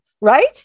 Right